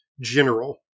general